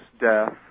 death